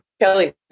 Kelly